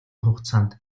хугацаанд